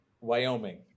Wyoming